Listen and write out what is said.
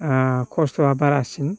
खस्त'आ बारासिन